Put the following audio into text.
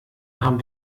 haben